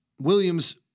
Williams